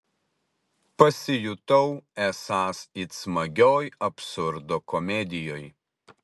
pasijutau esąs it smagioj absurdo komedijoj